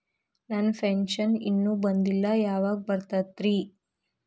ನನ್ನ ಪೆನ್ಶನ್ ಇನ್ನೂ ಬಂದಿಲ್ಲ ಯಾವಾಗ ಬರ್ತದ್ರಿ?